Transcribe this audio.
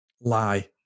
lie